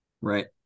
Right